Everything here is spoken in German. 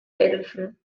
felsen